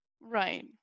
Right